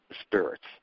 spirits